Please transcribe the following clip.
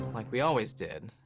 like we always did,